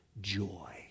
Joy